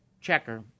checker